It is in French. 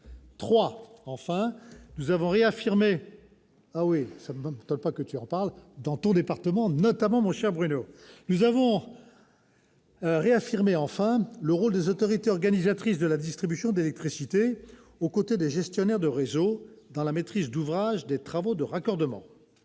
nous avons réaffirmé le rôle des autorités organisatrices de la distribution d'électricité, aux côtés des gestionnaires de réseaux, dans la maîtrise d'ouvrage des travaux de raccordement.